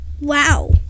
Wow